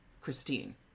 Christine